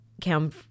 come